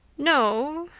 no,